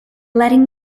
letting